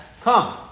come